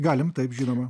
galim taip žinoma